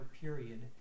period